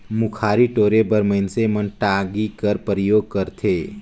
मुखारी टोरे बर मइनसे मन टागी कर परियोग करथे